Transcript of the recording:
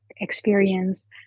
experience